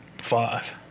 Five